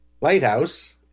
Lighthouse